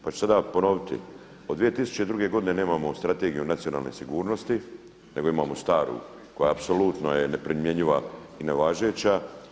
Pa ću sada ponoviti od 2002. godine nemamo Strategiju nacionalne sigurnosti, nego imamo staru koja je apsolutne neprimjenjiva i nevažeća.